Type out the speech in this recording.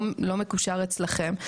לא מקושר אצלכם,